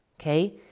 okay